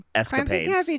escapades